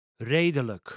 Redelijk